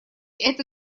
это